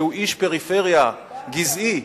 שהוא איש פריפריה גזעי,